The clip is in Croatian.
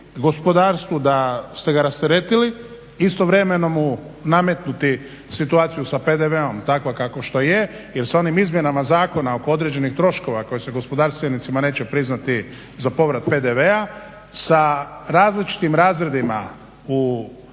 gospodarstvu da ste ga rasteretili, istovremeno mu nametnuti situaciju sa PDV-om takva kao što je. Jer sa onim izmjenama zakona oko određenih troškova koje se gospodarstvenicima neće priznati za povrat PDV-a, sa različitim razredima u